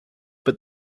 but